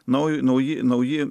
nauji nauji nauji